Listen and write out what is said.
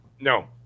No